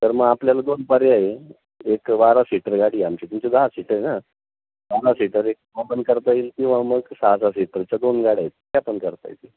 तर मग आपल्याला दोन पर्याय आहे एक बारा सीटर गाडी आमची तुमचे दहा सीटर ना बारा सीटर एक करता येईल किंवा मग सहा सहा सीटरच्या दोन गाड्या आहेत त्या पण करता येतील